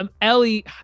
ellie